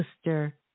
sister